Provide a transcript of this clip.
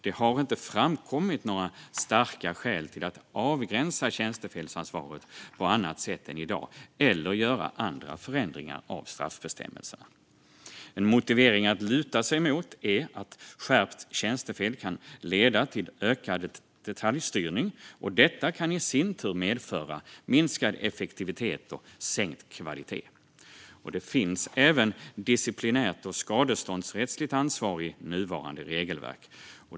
Det har inte framkommit några starka skäl för att på annat sätt än i dag avgränsa tjänstefelsansvaret eller göra andra förändringar av straffbestämmelserna. En motivering att luta sig mot är att skärpt tjänstefel kan leda till ökad detaljstyrning, och detta kan i sin tur medföra minskad effektivitet och sänkt kvalitet. Det finns även disciplinärt och skadeståndsrättsligt ansvar i nuvarande regelverk.